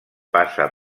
passa